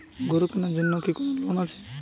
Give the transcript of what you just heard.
গরু কেনার জন্য কি কোন লোন আছে?